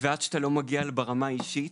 ועד שאתה לא מגיע לזה ברמה האישית,